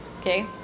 Okay